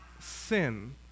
sin